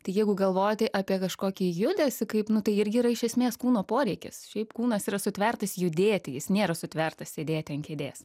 tai jeigu galvoti apie kažkokį judesį kaip nu tai irgi yra iš esmės kūno poreikis šiaip kūnas yra sutvertas judėti jis nėra sutvertas sėdėti ant kėdės